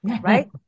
right